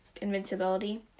invincibility